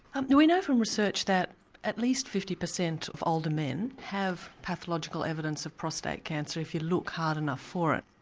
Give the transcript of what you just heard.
um we know from research that at least fifty percent of older men have pathological evidence of prostate cancer if you look hard enough for it.